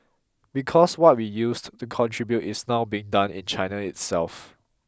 because what we used to contribute is now being done in China itself